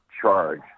charge